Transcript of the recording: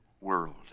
world